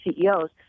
CEOs